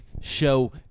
Show